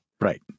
Right